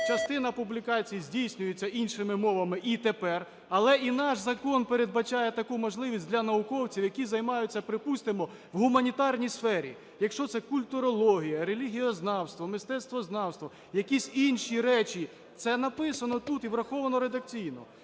частина публікацій здійснюється іншими мовами і тепер, але і наш закон передбачає таку можливість для науковців, які займаються, припустимо, у гуманітарній сфері, якщо це культурологія, релігієзнавство, мистецтвознавство, якісь інші речі, це написано тут і враховано редакційно.